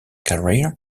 career